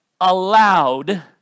allowed